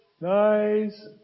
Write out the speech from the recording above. nice